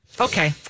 Okay